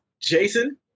Jason